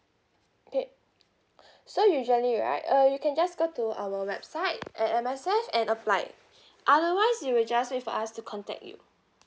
okay so usually right uh you can just go to our website at M_S_F and apply otherwise you will just leave us to contact you